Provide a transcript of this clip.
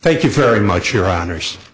thank you very much your honors